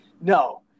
no